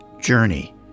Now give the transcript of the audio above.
journey